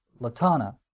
latana